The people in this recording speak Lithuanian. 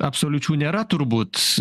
absoliučių nėra turbūt